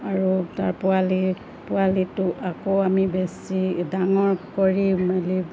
আৰু তাৰ পোৱালি পোৱালিটো আকৌ আমি বেছি ডাঙৰ কৰি মেলি